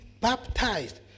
baptized